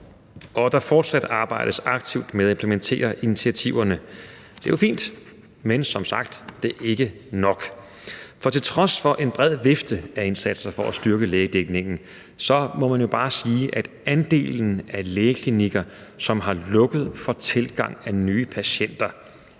at der fortsat arbejdes aktivt med at implementere initiativerne. Det er jo fint, men som sagt er det ikke nok, for til trods for en bred vifte af indsatser for at styrke lægedækningen må man jo bare sige, at andelen af lægeklinikker, som har lukket for tilgang af nye patienter,